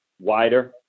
wider